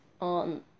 on